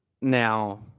Now